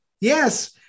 yes